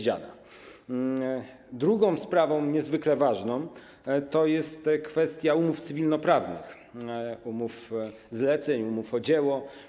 Drugą sprawą, niezwykle ważną, jest kwestia umów cywilnoprawnych, umów zlecenia, umów o dzieło.